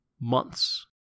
Months